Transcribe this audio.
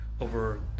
over